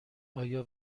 آیا